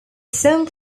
song